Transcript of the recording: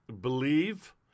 Believe